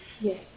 Yes